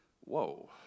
Whoa